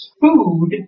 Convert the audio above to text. food